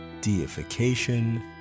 deification